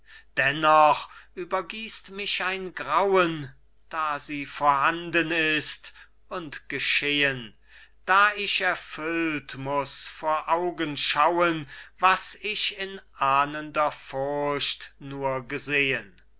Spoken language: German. dennoch übergießt mich ein grauen da sie vorhanden ist und geschehen da ich erfüllt muß vor augen schauen was ich in ahnender furcht nur gesehen